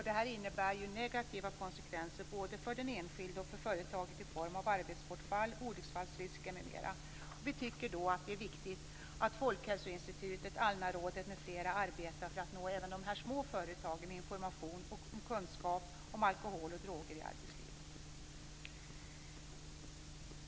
Det innebär negativa konsekvenser både för den enskilde och för företaget i form av arbetsbortfall, olycksfallsrisker m.m. Vi tycker därför att det är viktigt att Folkhälsoinstitutet, Alnarådet m.fl. arbetar för att nå även dessa små företag med information och kunskap om alkohol och droger i arbetslivet.